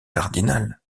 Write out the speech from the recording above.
cardinal